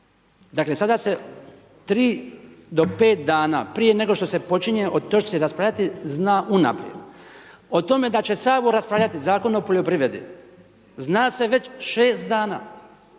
Dakle, sada se 3 do 5 dana prije nego što se počinje o točci raspravljati zna unaprijed. O tome da će Sabor raspravljati Zakon o poljoprivredi zna se već 6 dana